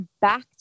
back